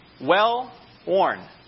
well-worn